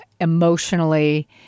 emotionally